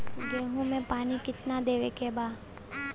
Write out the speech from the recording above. गेहूँ मे पानी कितनादेवे के बा?